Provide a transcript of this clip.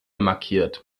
markiert